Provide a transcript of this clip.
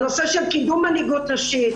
נושא קידום מנהיגות נשית,